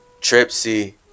tripsy